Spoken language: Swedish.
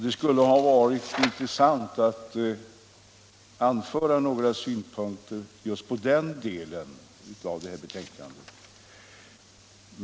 Det skulle ha varit intressant att anföra några synpunkter just på den delen av be — Samordnad tänkandet.